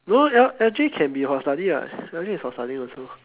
no that one actually can be for study lah actually can be for study also